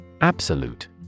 Absolute